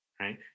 right